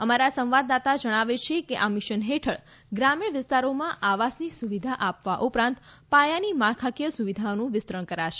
અમારા સંવાદદાતા જણાવે છે કે આ મિશન હેઠળ ગ્રામીણ વિસ્તારોમાં આવાસની સુવિધા આપવા ઉપરાંત પાયાની માળખાકીય સુવિધાઓનું વિસ્તરણ કરાશે